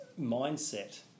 mindset